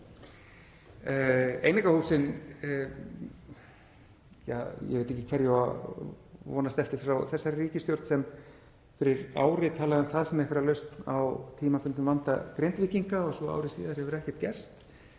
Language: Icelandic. Einingahúsin — ja, ég veit ekki hverju ég á að vonast eftir frá þessari ríkisstjórn sem fyrir ári talaði um það sem einhverja lausn á tímabundnum vanda Grindvíkinga og svo ári síðar hefur ekkert gerst.